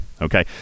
okay